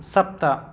सप्त